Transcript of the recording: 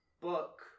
book